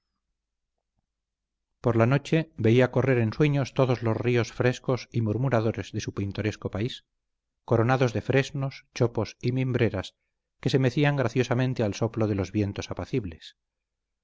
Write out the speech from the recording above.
por la noche veía correr en sueños todos los ríos frescos y murmuradores de su pintoresco país coronados de fresnos chopos y mimbreras que se mecían graciosamente al soplo de los vientos apacibles